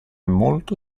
molto